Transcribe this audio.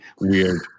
weird